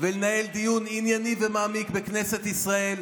ולנהל דיון ענייני ומעמיק בכנסת ישראל,